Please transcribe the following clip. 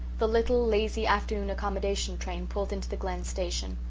the little, lazy afternoon accommodation train pulled into the glen station.